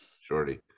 Shorty